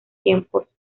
tiempos